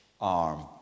arm